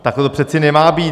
Takhle to přece nemá být!